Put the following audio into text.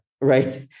right